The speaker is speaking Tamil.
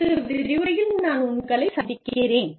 அடுத்த விரிவுரையில் நான் உங்களை சந்திக்கிறேன்